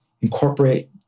incorporate